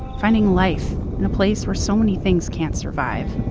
finding life in a place where so many things can't survive.